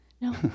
No